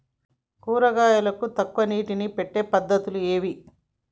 కూరగాయలకు తక్కువ నీటిని పెట్టే పద్దతులు ఏవి?